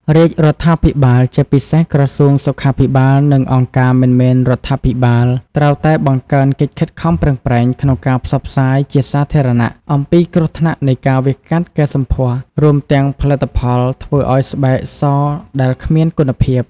រាជរដ្ឋាភិបាល ជាពិសេសក្រសួងសុខាភិបាល និងអង្គការមិនមែនរដ្ឋាភិបាល ត្រូវតែបង្កើនកិច្ចខិតខំប្រឹងប្រែងក្នុងការផ្សព្វផ្សាយជាសាធារណៈអំពីគ្រោះថ្នាក់នៃការវះកាត់កែសម្ផស្ស រួមទាំងផលិតផលធ្វើឱ្យស្បែកសដែលគ្មានគុណភាព។